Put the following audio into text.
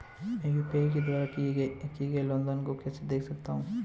मैं यू.पी.आई के द्वारा किए गए लेनदेन को कैसे देख सकता हूं?